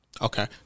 Okay